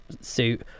suit